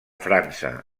frança